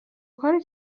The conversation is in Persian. کاری